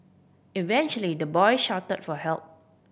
eventually the boy shout for help